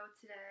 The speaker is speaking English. today